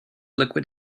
liquid